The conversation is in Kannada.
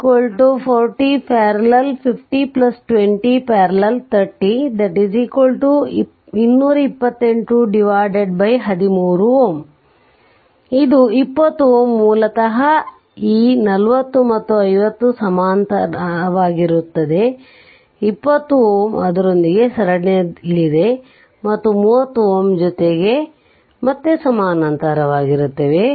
ಇದು 20 Ω ಮೂಲತಃ ಈ 40 ಮತ್ತು 50 ಸಮಾನಾಂತರವಾಗಿದ್ದು 20 Ω ರೊಂದಿಗೆ ಸರಣಿಯಲ್ಲಿದೆ ಮತ್ತು 30Ω ಜೊತೆಗೆ ಮತ್ತೆ ಸಮಾನಾಂತರವಾಗಿತ್ತವೆ